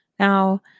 Now